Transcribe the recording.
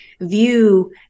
view